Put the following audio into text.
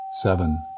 seven